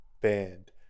band